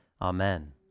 Amen